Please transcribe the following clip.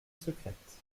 secrète